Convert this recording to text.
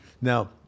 Now